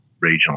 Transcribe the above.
regional